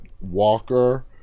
Walker